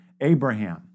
Abraham